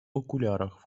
окулярах